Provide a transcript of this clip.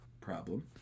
Problem